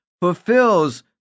fulfills